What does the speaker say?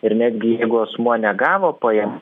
ir netgi jeigu asmuo negavo pajamų